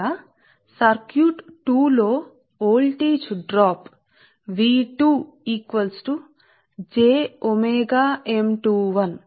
దీనిని మీరు కనుగొంటే సర్క్యూట్ 2 లో voltage drop sub voltage drop ఏమిటని అప్పుడు సర్క్యూట్ 1 లోని కరెంట్ కారణంగా ఇవ్వబడుతుంది